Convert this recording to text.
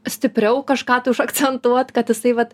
stipriau kažką užakcentuot kad jisai vat